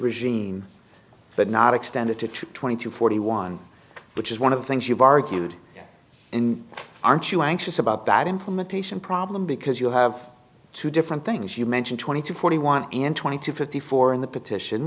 regime but not extend it to twenty to forty one which is one of the things you've argued in aren't you anxious about that implementation problem because you have two different things you mention twenty two forty one and twenty two fifty four in the petition